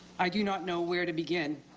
i do not know where to begin.